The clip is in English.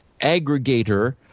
aggregator